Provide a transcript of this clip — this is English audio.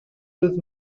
with